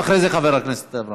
אחרי זה, חבר הכנסת נגוסה.